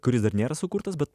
kuris dar nėra sukurtas bet